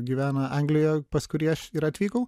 gyvena anglijoj pas kurį aš ir atvykau